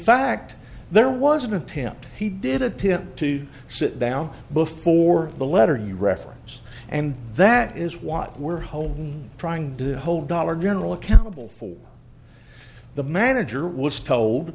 fact there was an attempt he did attempt to sit down before the letter you reference and that is what we're home trying to hold dollar general accountable for the manager was told